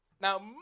Now